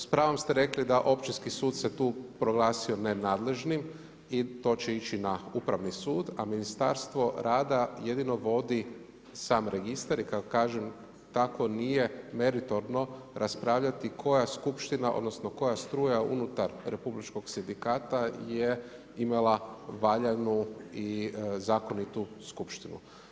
S pravom ste rekli da općinski sud se tu proglasio nenadležnim i to će ići na upravni sud a Ministarstvo rada jedino vodi sam registar i kako kažem tako nije meritorno raspravljati koja skupština odnosno koja struja unutar Republičkog sindikata je imala valjanu i zakonitu skupštinu.